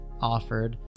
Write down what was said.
offered